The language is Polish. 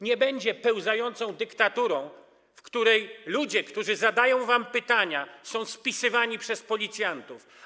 Nie będzie pełzającą dyktaturą, w której ludzie, którzy zadają wam pytania, są spisywani przez policjantów.